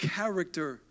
character